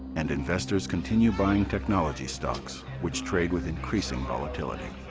and investors continue buying technology stocks, which trade with increasing volatility.